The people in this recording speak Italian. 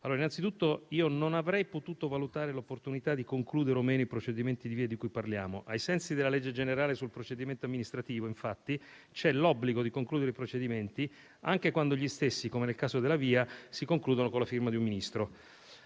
Anzitutto, io non avrei potuto valutare l'opportunità di concludere o meno i procedimenti di VIA di cui parliamo. Ai sensi della legge generale sul procedimento amministrativo, infatti, c'è l'obbligo di concludere i procedimenti anche quando gli stessi, come nel caso della VIA, si concludono con la firma di un Ministro.